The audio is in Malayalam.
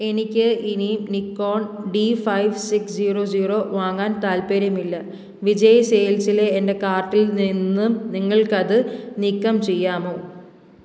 എനിക്ക് ഇനി Nikon D five six zero zero വാങ്ങാൻ താൽപ്പര്യമില്ല വിജയ് സെയിൽസിലെ എൻ്റെ കാർട്ടിൽ നിന്നും നിങ്ങൾക്കത് നീക്കം ചെയ്യാമോ